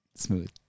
smooth